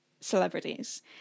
celebrities